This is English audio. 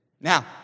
Now